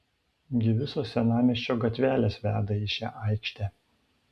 gi visos senamiesčio gatvelės veda į šią aikštę